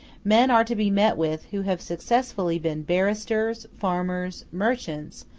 men are to be met with who have successively been barristers, farmers, merchants,